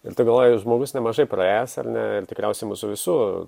ir tu galvoji žmogus nemažai praėjęs ar ne ir tikriausiai mūsų visų